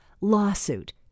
lawsuit